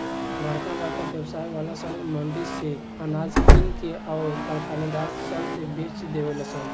बरका बरका व्यवसाय वाला सन मंडी से अनाज किन के अउर कारखानेदार सन से बेच देवे लन सन